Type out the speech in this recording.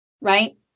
right